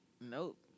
Nope